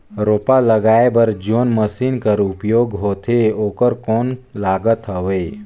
रोपा लगाय बर जोन मशीन कर उपयोग होथे ओकर कौन लागत हवय?